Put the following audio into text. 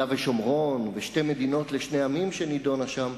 ושומרון ושתי מדינות לשני עמים שנדונה שם,